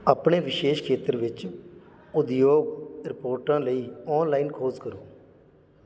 ਆਪਣੇ ਵਿਸ਼ੇਸ਼ ਖੇਤਰ ਵਿੱਚ ਉਦਯੋਗ ਰਿਪੋਰਟਾਂ ਲਈ ਔਨਲਾਈਨ ਖੋਜ ਕਰੋ